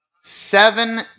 seven